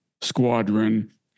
squadron